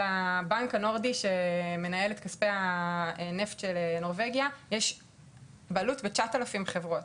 לבנק הנורדי שמנהל את כספי הנפט של נורבגיה יש בעלות בתשעת אלפים חברות.